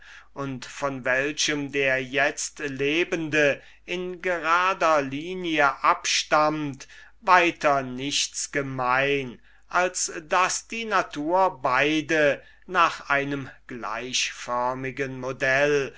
und von welchem der itztlebende in gerader linie abstammt weiter nichts gemein als daß die natur beide nach einem gleichförmigen modell